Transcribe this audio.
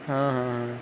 ہاں ہاں ہاں